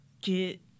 get